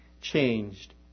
changed